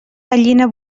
gallina